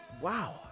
Wow